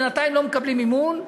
בינתיים לא מקבלים מימון.